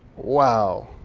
wow,